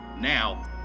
Now